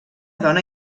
dona